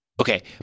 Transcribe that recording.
okay